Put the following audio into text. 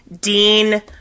Dean